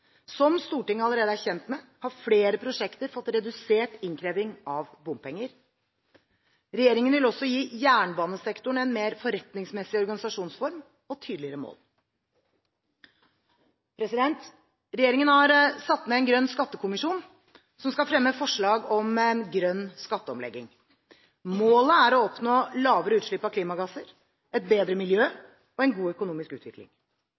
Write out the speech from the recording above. Som Stortinget allerede er kjent med, har flere prosjekter fått redusert innkreving av bompenger. Regjeringen vil også gi jernbanesektoren en mer forretningsmessig organisasjonsform og tydeligere mål. Regjeringen har satt ned en grønn skattekommisjon som skal fremme forslag om en grønn skatteomlegging. Målet er å oppnå lavere utslipp av klimagasser, et bedre miljø og en god økonomisk utvikling.